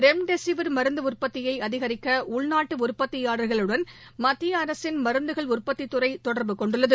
remdesivir மருந்துஉற்பத்தியைஅதிகரிக்கஉள்நாட்டுஉற்பத்தியாளர்களுடன் மத்தியஅரசின் மருந்துகள் உற்பத்தித்துறைதொடர்பு கொண்டுள்ளது